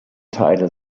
teile